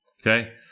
Okay